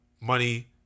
money